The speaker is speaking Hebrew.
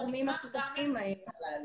דרך אגב, עובדים עם כל הגורמים השותפים הללו.